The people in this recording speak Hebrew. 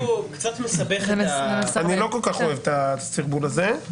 קצת מסבך את ה --- אני לא כל כך אוהב את הסרבול הזה.